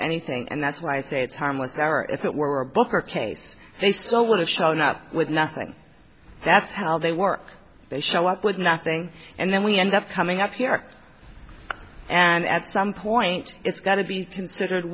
anything and that's why i say it's harmless error if it were a book or case they still would have shown up with nothing that's how they work they show up with nothing and then we end up coming up here and at some point it's got to be considered